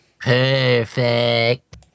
perfect